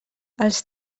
els